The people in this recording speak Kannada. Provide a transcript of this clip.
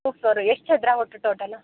ಟು ಫ್ಲೋರು ಎಷ್ಟು ಚದರ ಒಟ್ಟು ಟೋಟಲ್ಲು